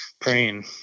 praying